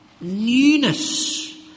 newness